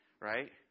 right